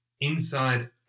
inside